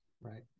Right